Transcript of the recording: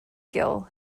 gill